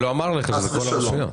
חס ושלום.